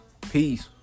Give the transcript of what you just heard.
Peace